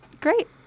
Great